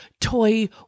toy